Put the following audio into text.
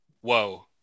whoa